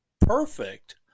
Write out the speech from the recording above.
perfect